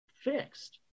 fixed